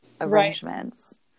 arrangements